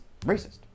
racist